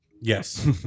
Yes